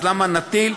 אז למה נטיל?